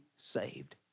saved